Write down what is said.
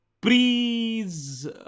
Please